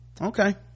okay